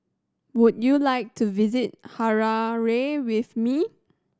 would you like to visit Harare with me